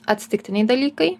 atsitiktiniai dalykai